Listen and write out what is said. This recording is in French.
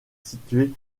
situé